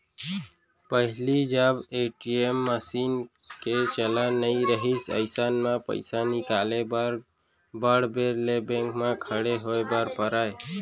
पहिली जब ATM machine के चलन नइ रहिस अइसन म पइसा निकाले बर बड़ बेर ले बेंक म खड़े होय बर परय